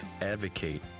Advocate